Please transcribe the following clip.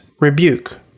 rebuke